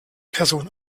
person